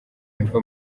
yumva